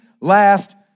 last